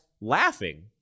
laughing